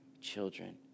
children